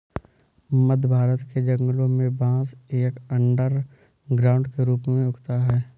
मध्य भारत के जंगलों में बांस एक अंडरग्राउंड के रूप में उगता है